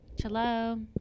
hello